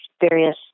various